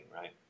right